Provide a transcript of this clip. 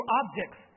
objects